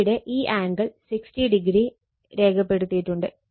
ഇവിടെ ഈ angle 60o രേഖപ്പെടുത്തിയിട്ടുണ്ട്